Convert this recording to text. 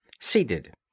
seated